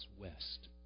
west